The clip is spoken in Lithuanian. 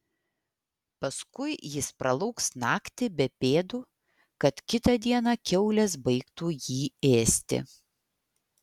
paskui jis pralauks naktį be pėdų kad kitą dieną kiaulės baigtų jį ėsti